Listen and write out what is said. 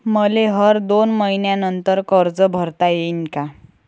मले हर दोन मयीन्यानंतर कर्ज भरता येईन का?